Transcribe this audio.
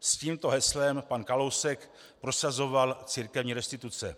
S tímto heslem pan Kalousek prosazoval církevní restituce.